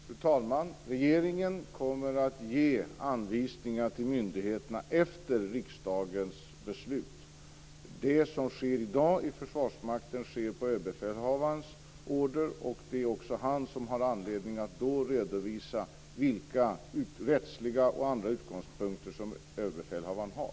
Fru talman! Regeringen kommer att ge anvisningar till myndigheterna efter riksdagens beslut. Det som sker i dag i Försvarsmakten sker på Överbefälhavarens order, och det är också han som har anledning att då redovisa vilka rättsliga och andra utgångspunkter som han har.